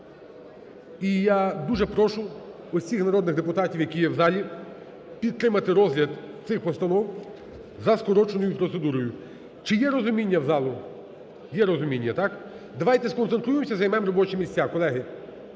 І я дуже прошу всіх народних депутатів, які є в залі, підтримати розгляд цих постанов за скороченою процедурою. Чи є розуміння залу? Є розуміння, так? Давайте сконцентруємося і займемо робочі місця. Колеги,